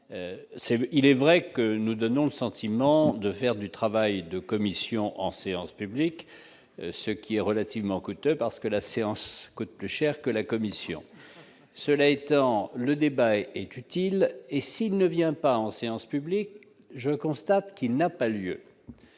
il est vrai que nous donnons le sentiment de faire du travail de commissions en séance publique, ce qui est relativement coûteux parce que la séance coûte plus cher que la commission, cela étant, le débat est utile et s'il ne vient pas en séance publique, je constate qu'il n'a pas eu